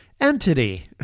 entity